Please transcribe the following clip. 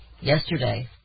yesterday